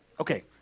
Okay